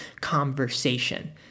conversation